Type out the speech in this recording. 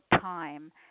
time